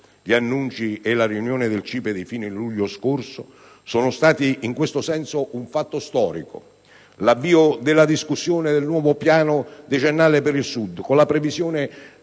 Gli annunci e la riunione del CIPE di fine luglio scorso sono stati in questo senso un fatto storico. Vi è stato l'avvio della discussione del nuovo piano decennale per il Sud, con la previsione